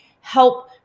help